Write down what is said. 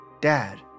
Dad